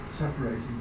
Separating